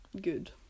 good